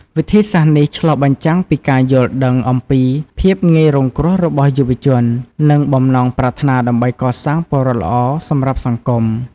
វិធីសាស្រ្តនេះឆ្លុះបញ្ចាំងពីការយល់ដឹងអំពីភាពងាយរងគ្រោះរបស់យុវជន និងបំណងប្រាថ្នាដើម្បីកសាងពលរដ្ឋល្អសម្រាប់សង្គម។